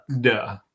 Duh